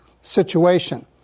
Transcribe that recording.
situation